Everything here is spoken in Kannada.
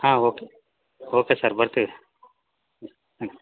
ಹಾಂ ಓಕೆ ಓಕೆ ಸರ್ ಬರ್ತೀವಿ ತ್ಯಾಂಕ್